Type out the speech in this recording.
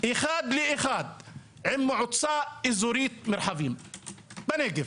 עם מועצה אזורית מרחבים בנגב